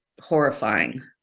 horrifying